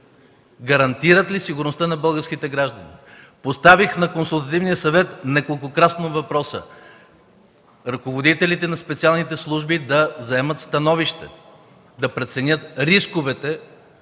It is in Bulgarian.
Гарантира ли се сигурността на българските граждани? На Консултативния съвет поставих неколкократно въпроса ръководителите на специалните служби да вземат становища, да преценят рисковете,